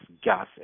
gas